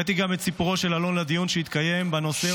הבאתי גם את סיפורו של אלון לדיון שהתקיים בנושא,